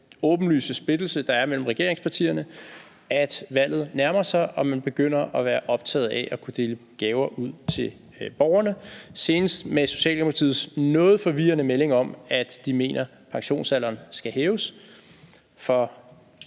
åbenlyse splittelse, der er mellem regeringspartierne, at valget nærmer sig, og man begynder at være optaget af at kunne dele gaver ud til borgerne, senest med Socialdemokratiets noget forvirrende melding om, at de mener, pensionsalderen skal hæves.